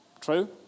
True